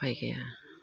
उफाय गैया